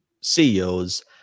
ceos